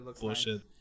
bullshit